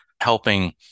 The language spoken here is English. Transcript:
helping